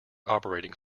operating